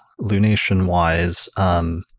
lunation-wise